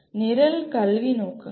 நிரல் கல்வி நோக்கங்கள்